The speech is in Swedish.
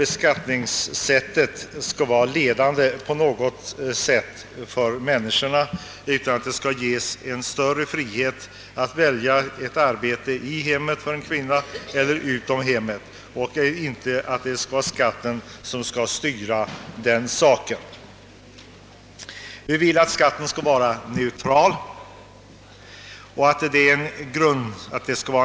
Beskattningssättet skall inte på något sätt vara ledande för människorna, utan det skall ges större frihet för en kvinna att välja arbete i hemmet eller utanför hemmet — det är inte skatten som skall styra det valet.